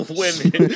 women